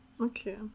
Okay